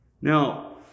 Now